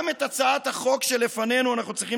גם את הצעת החוק שלפנינו אנחנו צריכים